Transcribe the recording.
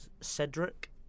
Cedric